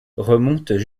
remontent